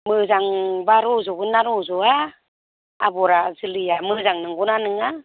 मोजांबा रज'गोन ना रज'या आबरआ जोलैया मोजां नंगौ ना नङा